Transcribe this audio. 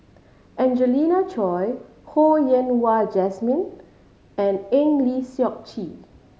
Angelina Choy Ho Yen Wah Jesmine and Eng Lee Seok Chee